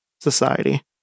society